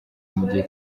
mugihe